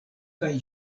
kaj